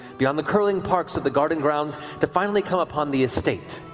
beyond the curling parks of the garden grounds, to finally come upon the estate